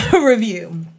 review